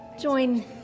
join